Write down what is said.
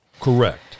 Correct